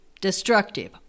Destructive